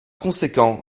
conséquent